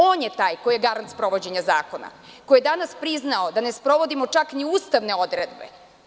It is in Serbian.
On je taj koji je garant sprovođenja zakona, koji je danas priznao da ne sprovodimo čak ni ustavne odredbe.